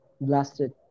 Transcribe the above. blasted